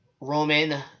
Roman